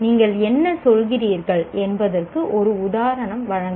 நீங்கள் என்ன சொல்கிறீர்கள் என்பதற்கு ஒரு உதாரணத்தை வழங்கவும்